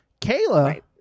Kayla